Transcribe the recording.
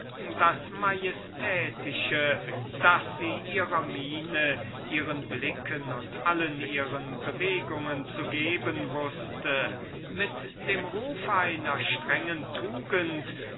das majestätische das sie ihrer miene ihren blicken und allen ihren bewegungen zu geben wußte mit dem ruf einer strengen tugend